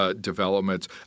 developments